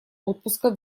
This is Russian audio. отпуска